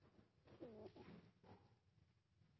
sto